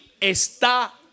está